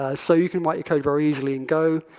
ah so you can write your code very easily and go.